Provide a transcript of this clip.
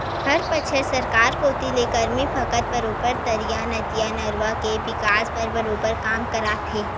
हर बछर सरकार कोती ले गरमी बखत बरोबर तरिया, नदिया, नरूवा के बिकास बर बरोबर काम करवाथे